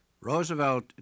Roosevelt